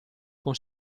con